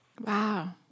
Wow